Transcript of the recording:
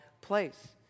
place